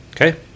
Okay